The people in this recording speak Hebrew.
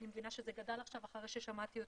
אני מבינה שזה גדל עכשיו אחרי ששמעתי אותו.